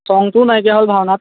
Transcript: চঙটোও নাইকিয়া হ'ল ভাওনাত